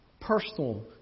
personal